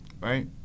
right